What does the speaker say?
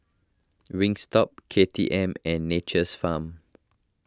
Wingstop K T M and Nature's Farm